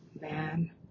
man